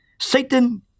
Satan